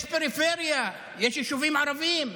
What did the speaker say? יש פריפריה, יש יישובים ערביים,